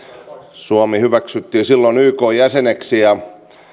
suomi hyväksyttiin silloin ykn jäseneksi ja